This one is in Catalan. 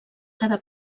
cada